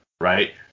right